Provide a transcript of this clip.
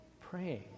praying